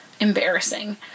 embarrassing